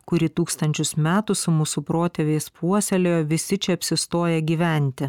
kurį tūkstančius metų su mūsų protėviais puoselėjo visi čia apsistoję gyventi